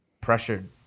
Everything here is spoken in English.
pressured